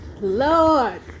Lord